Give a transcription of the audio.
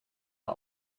our